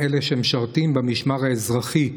אלה שמשרתים במשמר האזרחי,